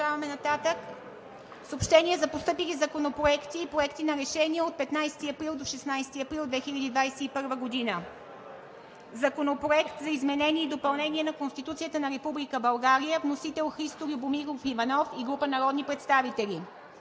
от ГЕРБ-СДС.) Съобщения за постъпили законопроекти и проекти на решения за периода 15 – 16 април 2021 г.: Законопроект за изменение и допълнение на Конституцията на Република България. Внесен е от Христо Любомиров Иванов и група народни представители.